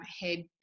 head